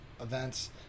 events